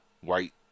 white